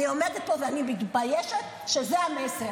אני עומדת פה ואני מתביישת שזה המסר.